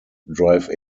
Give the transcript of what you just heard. drive